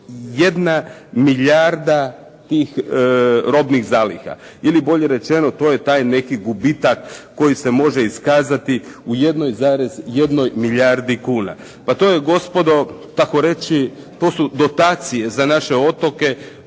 1,1 milijarda tih robnih zaliha, ili bolje rečeno to je taj neki gubitak koji se može iskazati u 1,1 milijardi kuna. Pa to je gospodo, tako reći to su dotacije za naše otoke